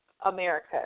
America